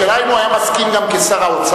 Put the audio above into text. השאלה היא אם הוא היה מסכים גם כשר האוצר,